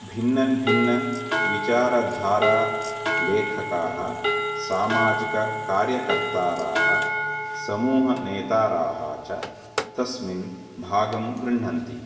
भिन्नभिन्नविचारधारालेखकाः सामाजिककार्यकर्तारः समूहनेतारः च तस्मिन् भागं गृह्णन्ति